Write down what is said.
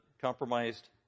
compromised